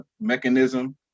mechanism